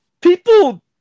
people